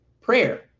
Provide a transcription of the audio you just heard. prayer